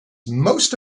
most